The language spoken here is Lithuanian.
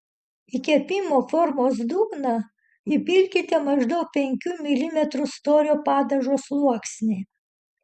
į kepimo formos dugną įpilkite maždaug penkių milimetrų storio padažo sluoksnį